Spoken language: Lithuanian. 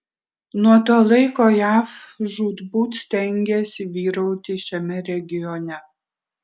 nuo to laiko jav žūtbūt stengėsi vyrauti šiame regione